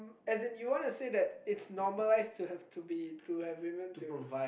as in you want to say that it's normalise to have to be to have woman to